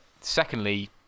Secondly